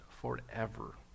forever